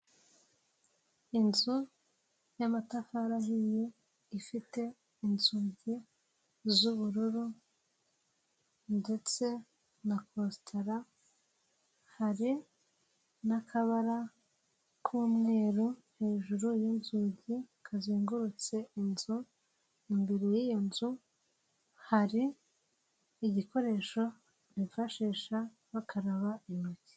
Inzu y'amatafari ahiye ifite inzugi z'ubururu, ndetse na kositara hari n'akabara k'umweru hejuru yinzugi kazengurutse inzu, imbere y'iyo nzu hari igikoresho bifashisha bakaraba intoki.